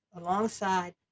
alongside